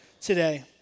today